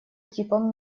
типом